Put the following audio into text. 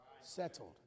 Settled